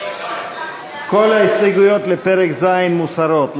כל ההסתייגויות לפרק ז' מוסרות,